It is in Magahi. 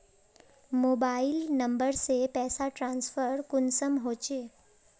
मोबाईल नंबर से पैसा ट्रांसफर कुंसम होचे?